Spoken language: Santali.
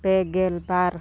ᱯᱮᱜᱮᱞ ᱵᱟᱨ